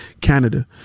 Canada